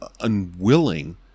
unwilling